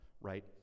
right